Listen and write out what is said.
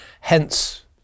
hence